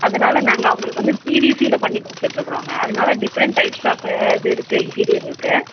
அதனால் நாங்கள் அவங்களுக்கு வந்து பிவிசியில பண்ணிக் கொடுத்துட்ருக்கறோங்க அதனால் டிஃப்ரெண்ட் டைப்ஸ் ஆஃப் இது இருக்கு இன்டீரியர் இருக்கு